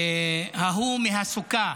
ההוא מהסוכה,